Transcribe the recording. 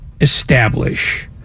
establish